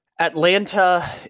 Atlanta